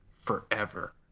forever